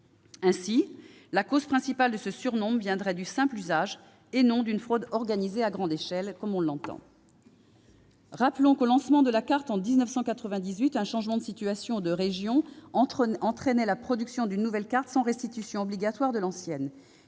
Ainsi, la cause principale de ce surnombre viendrait du simple usage et non d'une fraude organisée à grande échelle. Rappelons que, lors du lancement de la carte en 1998, un changement de situation ou de région entraînait l'édition d'une nouvelle carte sans restitution obligatoire de l'ancienne.